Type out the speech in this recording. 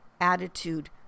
attitude